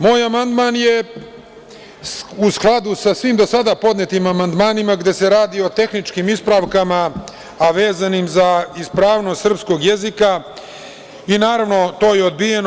Moj amandman je u skladu sa svim do sada podnetim amandmanima gde se radi o tehničkim ispravkama, a vezanim za ispravnost srpskog jezika i naravno to je odbijeno.